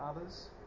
others